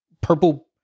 purple